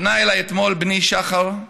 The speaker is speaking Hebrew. פנה אליי אתמול בני שחר,